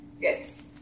Yes